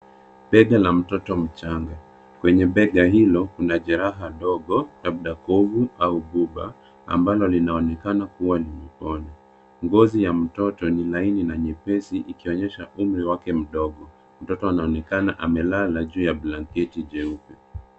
Bega ka mtoto mchanga, kwenye bega hilo kuna jeraha ndogo labda kovu au buba ambalo linaonekana kuwa limepona. Ngozi ya mtoto ni laini na nyepesi ikionyesha umri wake mdogo. Mtoto anaonekana amelela juu ya blanketi jeupe.